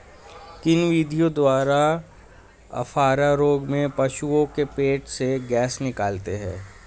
किन विधियों द्वारा अफारा रोग में पशुओं के पेट से गैस निकालते हैं?